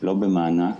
לא במענק,